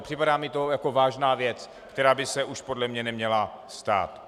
Připadá mi to jako vážná věc, která by se podle mě už neměla stát.